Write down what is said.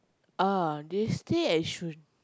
ah they stay at Yishun